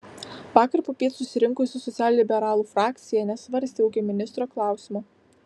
vakar popiet susirinkusi socialliberalų frakcija nesvarstė ūkio ministro klausimo